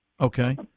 Okay